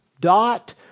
dot